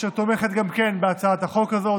אשר תומכת גם כן בהצעת החוק הזאת,